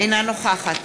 אינה נוכחת